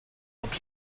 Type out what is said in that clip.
und